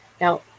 Now